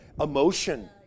emotion